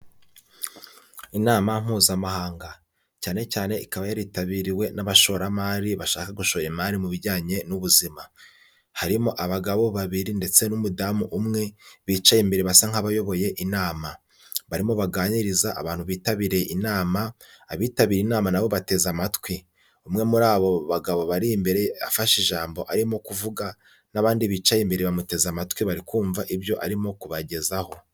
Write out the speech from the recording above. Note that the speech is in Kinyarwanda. Inama Mpuzamahanga. Cyane cyane ikaba yaritabiriwe n'abashoramari bashaka gushora imari mu bijyanye n'ubuzima. Harimo abagabo babiri ndetse n'umudamu umwe, bicaye imbere basa nk'abayoboye inama. Barimo baganiriza abantu bitabiriye inama, abitabiriye inama nabo bateze amatwi. Umwe muri abo bagabo bari imbere afashe ijambo arimo kuvuga, n'abandi bicaye imbere bamuteze amatwi bari kumva ibyo arimo kubagezaho.